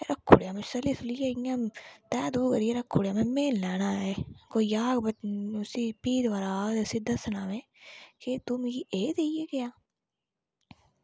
रक्खुड़ेआ में सली सुलियै तैह् तूह् करियै रक्खुड़ेआ में महां में नि लैना ऐ कोई आह्ग फ्ही दबारा आह्ग ते उसी दस्सना के तूं मिगी एह् देइयै गेआ